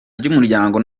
ry’umuryango